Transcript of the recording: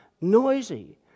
noisy